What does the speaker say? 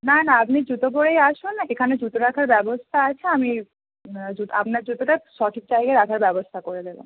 না না আপনি জুতো পরেই আসুন এখানে জুতো রাখার ব্যবস্তা আছে আমি জুতো আপনার জুতোটা সঠিক টাইমে রাখার ব্যবস্তা করে দেবো